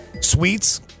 suites